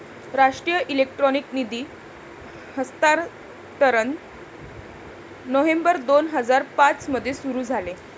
राष्ट्रीय इलेक्ट्रॉनिक निधी हस्तांतरण नोव्हेंबर दोन हजार पाँच मध्ये सुरू झाले